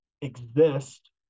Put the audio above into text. exist